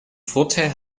vorteil